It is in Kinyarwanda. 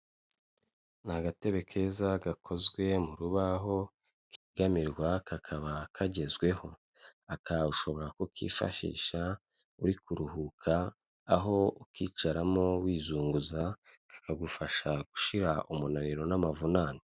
Ni agatebe keza gakozwe mu rubaho kegamirwa kakaba kagezweho, aka ushobora kukifashisha uri kuruhuka aho ukicaramo wizunguza kakagufasha gushira umunaniro n'amavunane.